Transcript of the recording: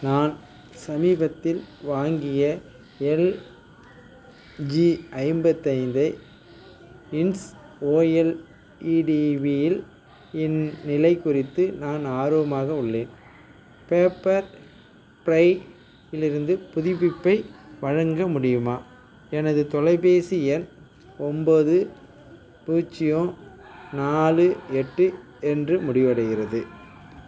நான் சமீபத்தில் வாங்கிய எல்ஜி ஐம்பத்தைந்து இன்ஸ் ஓஎல்இடிவியில் இன் நிலை குறித்து நான் ஆர்வமாக உள்ளேன் பேப்பர் ப்ரை இலிருந்து புதுப்பிப்பை வழங்க முடியுமா எனது தொலைபேசி எண் ஒன்பது பூஜ்ஜியம் நாலு எட்டு என்று முடிவடைகிறது